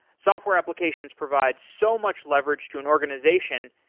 software applications provide so much leverage to an organization,